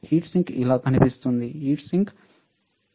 heat sink ఇలా కనిపిస్తుంది heat sink ఇలా కనిపిస్తుంది సరియైనదా